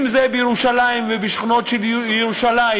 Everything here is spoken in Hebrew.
אם בירושלים ואם בשכונות של ירושלים,